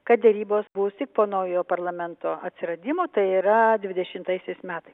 kad derybos bus tik po naujojo parlamento atsiradimo tai yra dvidešimtaisiais metais